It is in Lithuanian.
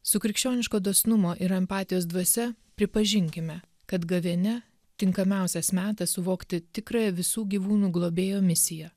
su krikščioniško dosnumo ir empatijos dvasia pripažinkime kad gavėnia tinkamiausias metas suvokti tikrąją visų gyvūnų globėjo misiją